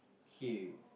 okay